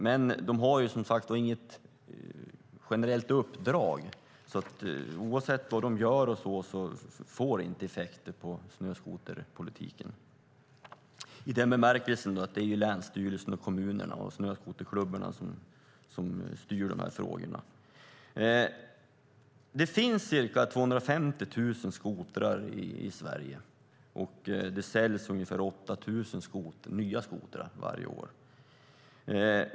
Men de har som sagt inget generellt uppdrag, så oavsett vad de gör får det inte direkt några effekter på snöskoterpolitiken eftersom det är länsstyrelsen, kommunerna och snöskoterklubbarna som styr frågorna. Det finns ca 250 000 skotrar i Sverige. Det säljs ungefär 8 000 nya skotrar varje år.